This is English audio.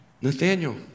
Nathaniel